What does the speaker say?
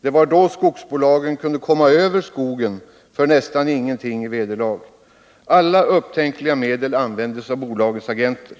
Det var då som skogsbolagen kunde komma över skogen för nästan ingenting i vederlag. Alla upptänkliga medel användes av bolagens agenter.